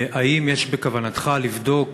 האם יש בכוונתך לבדוק